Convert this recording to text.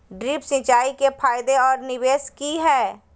Drip सिंचाई के फायदे और निवेस कि हैय?